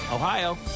Ohio